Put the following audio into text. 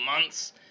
months